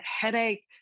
headache